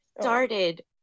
started